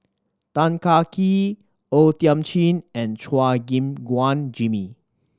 Tan Kah Kee O Thiam Chin and Chua Gim Guan Jimmy